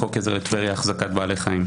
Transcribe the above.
בחוק עזר לטבריה (החזקת בעלי חיים).